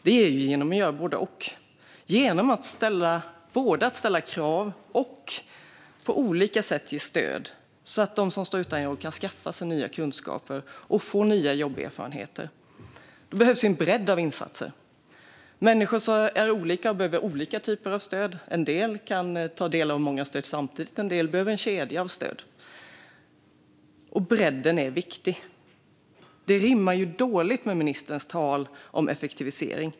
Det är genom att göra både och; genom att både ställa krav och på olika sätt ge stöd så att de som står utan jobb kan skaffa sig nya kunskaper och få nya jobberfarenheter. Det behövs en bredd av insatser. Människor är olika och behöver olika typer av stöd. En del kan ta del av många stöd samtidigt, och en del behöver en kedja av stöd. Bredden är viktig. Det rimmar dåligt med ministerns tal om effektivisering.